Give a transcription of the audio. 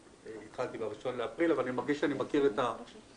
התחלתי ב-1 באפריל אבל אני מרגיש שאני מכיר לפחות